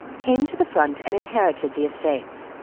came to the front and inherited the estates.